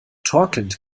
torkelnd